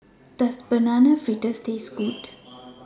Does Banana Fritters Taste Good